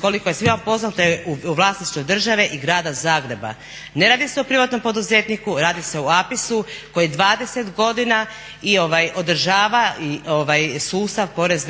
koliko je svima poznato je u vlasništvu države i grada Zagreba. Ne radi se o privatnom poduzetniku, radi se o APIS-u koji 20 godina i održava sustav porezne uprave.